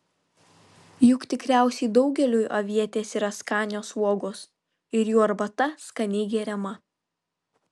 juk tikriausiai daugeliui avietės yra skanios uogos ir jų arbata skaniai geriama